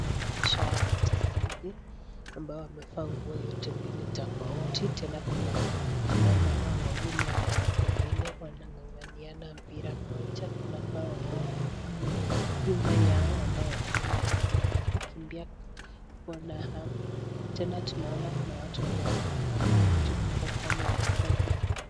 Inaonesha wachezaji ambao wamevaa nguo yote mbili tofauti, tena kuna tunaona hawa wawili ambao wako mbele wanang'ang'ania na mpira moja. Kuna ambao wako nyuma yao waenda kukimbilia mpira, tena tunaona kuna watu ambao wamekaa kwa kiti kutazama wachezaji.